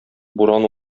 буран